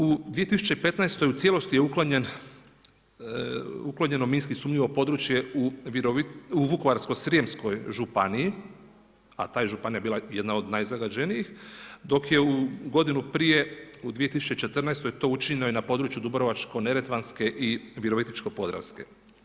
U 2015. u cijelosti je uklonjeno minski sumnjivo područje u Vukovarsko-srijemskoj županiji, a ta je županija bila jedna od najzagađenijih, dok je godinu prije, u 2014. to učinjeno i na području Dubrovačko-neretvanske i Virovitičko-podravske.